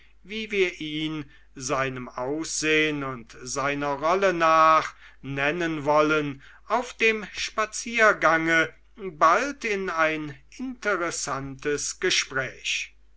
wie wir ihn seinem aussehn und seiner rolle nach nennen wollen auf dem spaziergange bald in ein interessantes gespräch